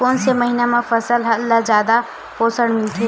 कोन से महीना म फसल ल जादा पोषण मिलथे?